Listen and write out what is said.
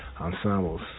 ensembles